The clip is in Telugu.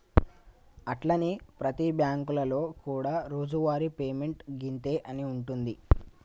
అట్లనే ప్రతి బ్యాంకులలో కూడా రోజువారి పేమెంట్ గింతే అని ఉంటుంది